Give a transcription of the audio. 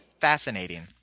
fascinating